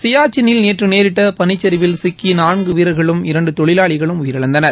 சியாச்சினில் நேற்று நேரிட்ட பனிச்சரிவில் சிக்கி நான்கு வீரர்களும் இரண்டு தொழிலாளிகளும் உயிரிழந்தனர்